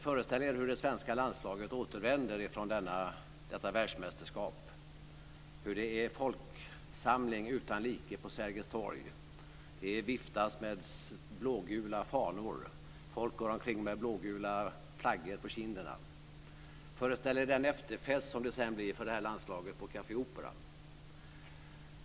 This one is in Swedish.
Föreställ er hur det svenska landslaget återvänder från detta världsmästerskap. Det är folksamling utan like på Sergels torg. Det viftas med blågula fanor. Folk går omkring med blågula flaggor på kinderna. Föreställ er den efterfest som blir för det här landslaget på Café Opera.